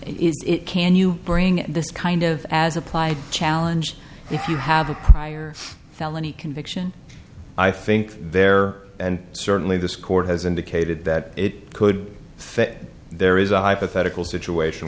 is it can you bring this kind of as applied challenge if you have a prior felony conviction i think there and certainly this court has indicated that it could fit there is a hypothetical situation